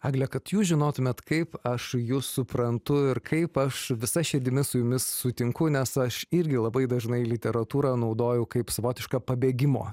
egle kad jūs žinotumėt kaip aš jus suprantu ir kaip aš visa širdimi su jumis sutinku nes aš irgi labai dažnai literatūrą naudoju kaip savotišką pabėgimo